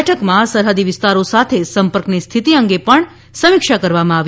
બેઠકમાં સરહદી વિસ્તારો સાથે સંપર્કની સ્થિતિ અંગે પણ સમીક્ષા કરવામાં આવી